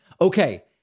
Okay